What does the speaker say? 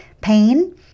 Pain